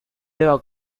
deba